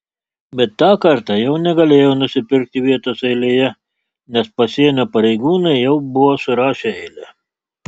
bet tą kartą jau negalėjau nusipirkti vietos eilėje nes pasienio pareigūnai jau buvo surašę eilę